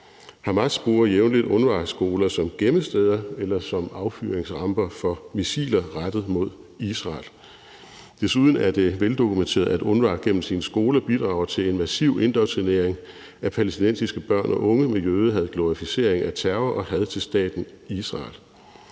Hamas bruger jævnligt UNRWA-skoler som gemmesteder eller som affyringsramper for missiler rettet mod Israel. Desuden er det veldokumenteret, at UNRWA gennem sine skoler bidrager til en massiv indoktrinering af palæstinensiske børn og unge med jødehad, glorificering af terror og had til staten Israel.